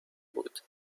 بود